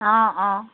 অঁ অঁ